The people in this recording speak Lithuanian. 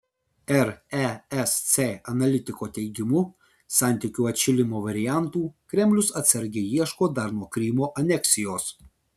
resc analitiko teigimu santykių atšilimo variantų kremlius atsargiai ieško dar nuo krymo aneksijos